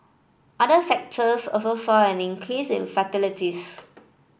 other sectors also saw an increase in fatalities